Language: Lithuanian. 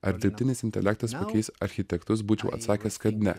ar dirbtinis intelektas pakeis architektus būčiau atsakęs kad ne